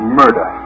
murder